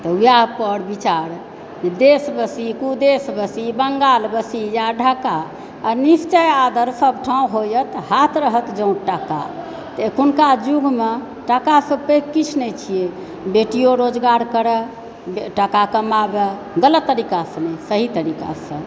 तऽ वएह पर विचार देश बसी कुदेश बसी बंगाल बसी या ढाका आ निश्चय आदर सबठाँ होयत हाथ रहत ज्यों टाका तऽ अखुनका युगमे टाकासँ पैघ किछु नहि छियै बेटियो रोजगार करय टाका कमाबै गलत तरीकासँ नहि सही तरीकासँ